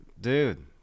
dude